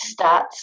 stats